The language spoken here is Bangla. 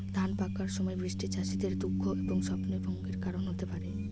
ধান পাকার সময় বৃষ্টি চাষীদের দুঃখ এবং স্বপ্নভঙ্গের কারণ হতে পারে